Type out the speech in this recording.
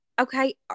Okay